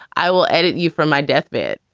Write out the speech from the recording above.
i will edit you from my deathbed